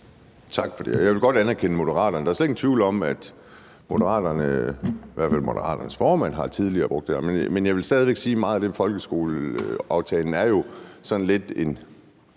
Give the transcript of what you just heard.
Tak for det. Jeg vil godt anerkende Moderaterne. Der er slet ingen tvivl om, at i hvert fald Moderaternes formand tidligere har brugt det her. Men jeg vil stadig væk sige, at der er meget i forhold til folkeskoleaftalen, der sådan handler